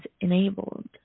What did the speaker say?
enabled